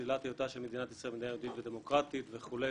שלילת היותה של מדינת ישראל מדינה יהודית ודמוקרטית וכו',